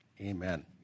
amen